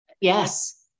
Yes